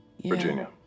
Virginia